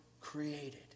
created